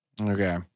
Okay